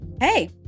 Hey